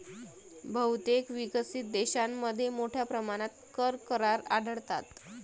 बहुतेक विकसित देशांमध्ये मोठ्या प्रमाणात कर करार आढळतात